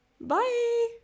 Bye